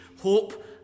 hope